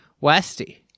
Westy